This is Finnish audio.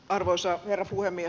arvoisa herra puhemies